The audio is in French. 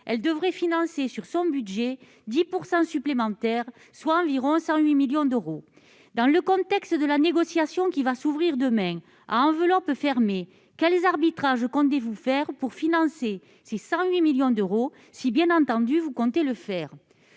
elle devrait financer sur son budget 10 % supplémentaires, soit environ 108 millions d'euros. Dans le contexte de la négociation qui va s'ouvrir demain à enveloppe fermée, quels arbitrages comptez-vous faire pour financer ces 108 millions d'euros, si bien entendu vous comptez le faire ?